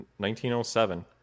1907